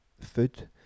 food